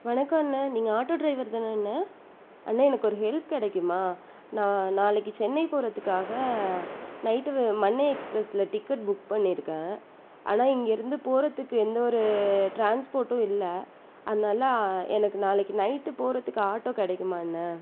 வணக்கம் அண்ணே நீங்கள் ஆட்டோ ட்ரைவர் தானண்ண அண்ணே எனக்கு ஒரு ஹெல்ப் கிடைக்குமா நான் நாளைக்கு சென்னை போகறதுக்காக நைட்டு மண்ணை எக்ஸ்ப்ரெஸில் டிக்கெட் புக் பண்ணிருக்கேன் ஆனால் இங்கேருந்து போகறத்துக்கு எந்த ஒரு ட்ரான்ஸ்போர்ட்டும் இல்லை அதனால் எனக்கு நாளைக்கு நைட்டு போகறத்துக்கு ஆட்டோ கிடைக்குமாண்ணா